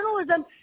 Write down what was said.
journalism